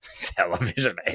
Television